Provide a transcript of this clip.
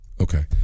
Okay